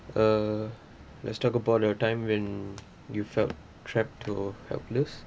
uh let's talk about the time when you felt trapped or helpless